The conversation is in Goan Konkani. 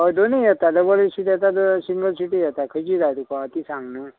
हय दोनूय येता डबलूय सीट येता सिंगल सिटूय येता खंयची जाय तुका ती सांग न्हू